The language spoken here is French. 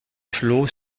flot